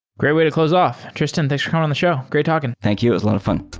great way to close off. tristan, thanks for coming on the show. great talking. thank you. it was a lot of fun.